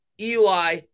Eli